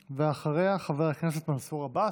אחריה, חבר הכנסת מנסור עבאס,